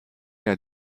der